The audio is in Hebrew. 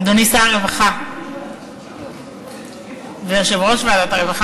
אדוני שר הרווחה ויושב-ראש ועדת הרווחה,